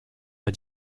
pas